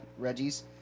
Reggies